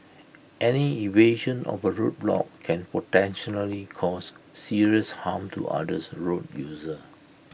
any evasion of A road block can potentially cause serious harm to other's road users